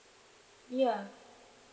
ya